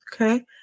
Okay